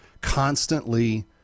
constantly